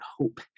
hope